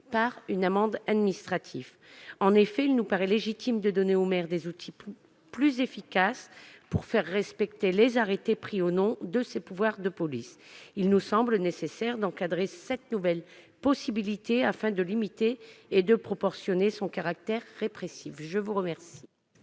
par une amende administrative. En effet, s'il nous paraît légitime de donner au maire des outils plus efficaces pour faire respecter les arrêtés pris en vertu de ses pouvoirs de police, il nous semble nécessaire d'encadrer cette nouvelle possibilité afin de limiter et de proportionner son caractère répressif. L'amendement